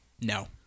No